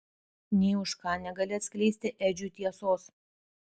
nė už ką negali atskleisti edžiui tiesos